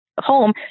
Home